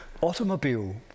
automobile